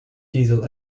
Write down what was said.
diesel